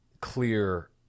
clear